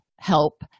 help